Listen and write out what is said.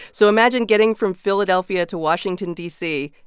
so imagine getting from philadelphia to washington, d c,